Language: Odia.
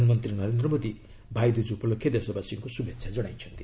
ପ୍ରଧାନମନ୍ତ୍ରୀ ନରେନ୍ଦ୍ର ମୋଦି ଭାଇ ଦ୍ରଜ୍ ଉପଲକ୍ଷେ ଦେଶବାସୀଙ୍କୁ ଶୁଭେଚ୍ଛା ଜଣାଇଛନ୍ତି